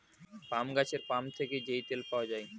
পাম গাছের পাম ফল থেকে যেই তেল পাওয়া যায়